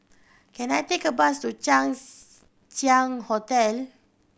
can I take a bus to Chang Ziang Hotel